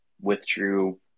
withdrew